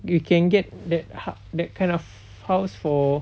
you can get that hou~ that kind of house for